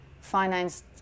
financed